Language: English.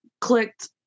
clicked